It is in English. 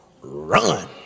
Run